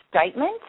statement